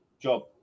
job